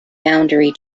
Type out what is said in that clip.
boundary